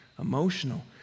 emotional